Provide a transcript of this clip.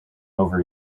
over